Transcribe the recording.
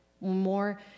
more